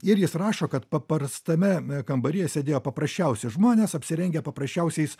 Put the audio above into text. ir jis rašo kad paprastame kambaryje sėdėjo paprasčiausi žmonės apsirengę paprasčiausiais